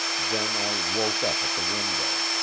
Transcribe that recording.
then, i woke up at the window.